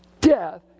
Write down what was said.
Death